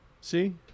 See